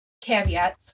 Caveat